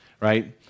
right